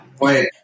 wait